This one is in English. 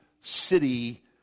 city